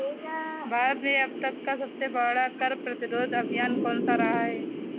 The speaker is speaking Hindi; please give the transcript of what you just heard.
भारत में अब तक का सबसे बड़ा कर प्रतिरोध अभियान कौनसा रहा है?